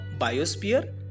biosphere